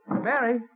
Mary